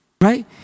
right